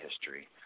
history